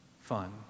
fun